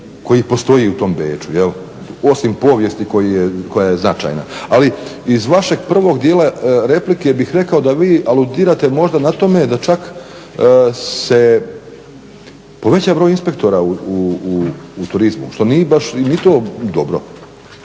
koji postoji u tom Beču osim povijesti koja je značajna. Ali iz vašeg prvog dijela replike bih rekao da vi aludirate na tome da se čak poveća broj inspektora u turizmu što nije baš ni to dobro,